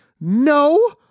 no